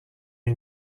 این